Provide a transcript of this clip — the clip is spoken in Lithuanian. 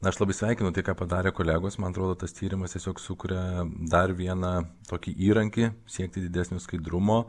aš labai sveikinu tai ką padarė kolegos man atrodo tas tyrimas tiesiog sukuria dar vieną tokį įrankį siekti didesnio skaidrumo